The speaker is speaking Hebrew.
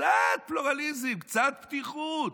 קצת פלורליזם, קצת פתיחות.